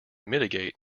mitigate